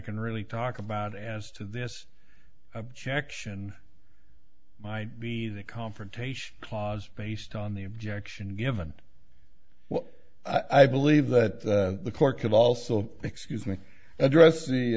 can really talk about as to this objection might be the confrontation clause based on the objection given well i believe that the court could also excuse me addressing the